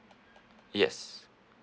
yes